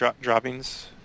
droppings